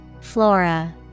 Flora